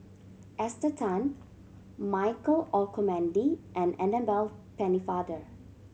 Esther Tan Michael Olcomendy and Annabel Pennefather